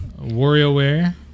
WarioWare